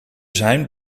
zijn